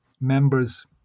Members